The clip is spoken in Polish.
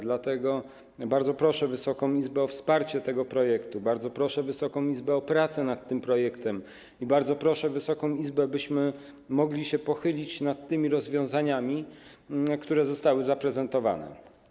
Dlatego bardzo proszę Wysoką Izbę o wsparcie tego projektu, bardzo proszę Wysoką Izbę o pracę nad tym projektem i bardzo proszę Wysoką Izbę, abyśmy mogli pochylić się nad rozwiązaniami, które zostały zaprezentowane.